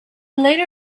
later